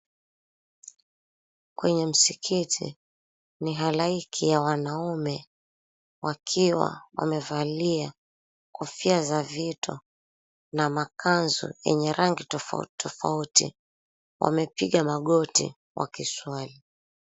Kwenye msikiti ni halaiki ya wanaume wakiwa wamevalia kofia za vito na makanzu yenye rangi tofauti tofauti wamepiga magoti wakiswali.